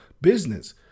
business